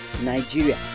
Nigeria